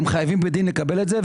הם חייבים בדין לקבל את זה.